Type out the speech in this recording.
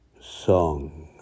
song